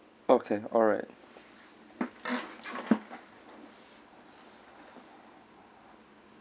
okay alright